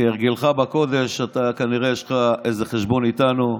כהרגלך בקודש, כנראה יש לך איזה חשבון איתנו,